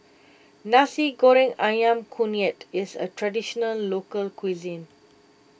Nasi Goreng Ayam Kunyit is a Traditional Local Cuisine